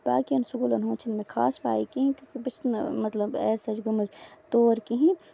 تہٕ باقین سکوٗلن ہُند چھُ نہٕ مےٚ خاص پاے کِہینۍ نہٕ بہٕ چھَس نہٕ ایز سَچ گٔمٕژ تور کِہینۍ مطلب